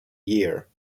year